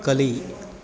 ಕಲಿ